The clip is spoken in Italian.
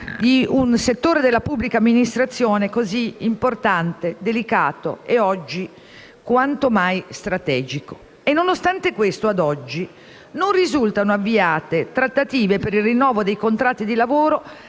di un settore della pubblica amministrazione così importante e delicato e oggi quanto mai strategico. Ciò nonostante, a oggi non risultano avviate trattative per il rinnovo dei contratti di lavoro